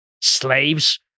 slaves